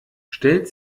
stellt